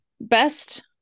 Best